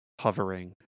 Hovering